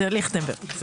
ליכטנברג.